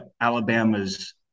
Alabama's